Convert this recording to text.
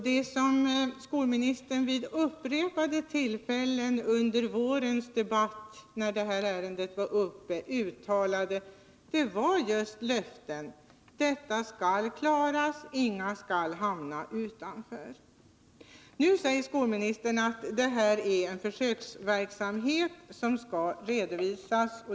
Det som skolministern vid upprepade tillfällen uttalade under våren, när det här ärendet var uppe till debatt, var just löften: detta skall klaras, inga skall hamna utanför. Nu säger skolministern att detta är en försöksverksamhet som skall redovisas.